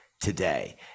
today